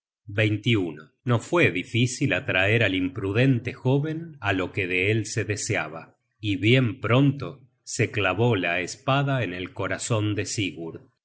fidelidad no fue difícil atraer al imprudente jóven á lo que de él se deseaba y bien pronto se clavó la espada en el corazon de sigurd